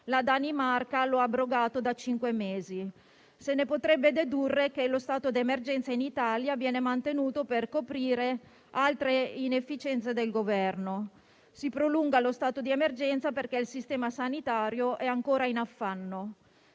la Danimarca lo ha abrogato da cinque mesi. Se ne potrebbe dedurre che lo stato d'emergenza in Italia viene mantenuto per coprire altre inefficienze del Governo. Si prolunga lo stato di emergenza perché il sistema sanitario è ancora in affanno.